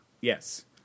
Yes